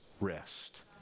rest